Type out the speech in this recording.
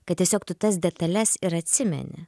kad tiesiog tu tas detales ir atsimeni